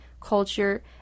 culture